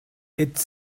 it’s